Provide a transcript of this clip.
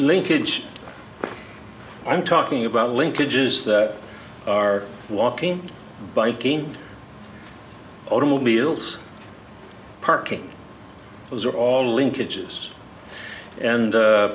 linkage i'm talking about linkages that are walking biking automobiles parking those are all linkages and